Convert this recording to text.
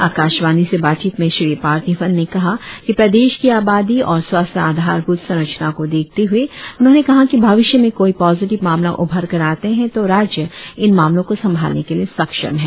आकाशवाणी से बातचीत में श्री पार्थिवन ने कहा की प्रदेश की आबादी और स्वास्थ्य आधारभूत संरचना को देखते हुए उन्होंने कहा कि भविष्य में कोई पोजिटिव मामला उभर कर आते है तो राज्य इन मामलों को संभालने के लिए सक्षम है